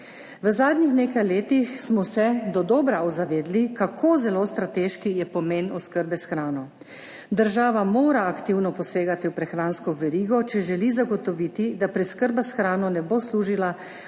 V zadnjih nekaj letih smo se dodobra zavedli, kako zelo strateški je pomen oskrbe s hrano. Država mora aktivno posegati v prehransko verigo, če želi zagotoviti, da preskrba s hrano ne bo služila